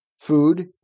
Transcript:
Food